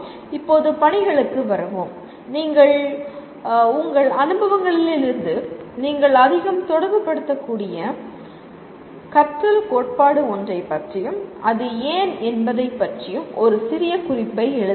இப்போது பணிகளுக்கு வருவோம் நீங்கள் கிறீர்கள் உங்கள் அனுபவங்களில் நீங்கள் அதிகம் தொடர்புபடுத்தக்கூடிய கற்றல் கோட்பாடு ஒன்றைப் பற்றியும் அது ஏன் என்பதைப் பற்றியும் ஒரு சிறிய குறிப்பை எழுதுங்கள்